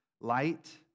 light